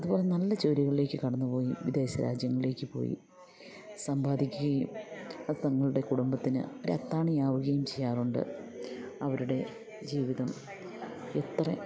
അതുപോലെ നല്ല ജോലികളിലേക്ക് കടന്നുപോയി വിദേശ രാജ്യങ്ങളിലേക്ക് പോയി സമ്പാദിക്കുകയും അത് തങ്ങളുടെ കുടുംബത്തിന് ഒരത്താണി ആവുകയും ചെയ്യാറുണ്ട് അവരുടെ ജീവിതം എത്ര